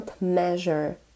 measure